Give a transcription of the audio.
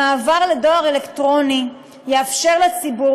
המעבר לדואר אלקטרוני יאפשר לציבור